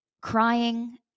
crying